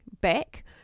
back